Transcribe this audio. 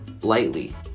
lightly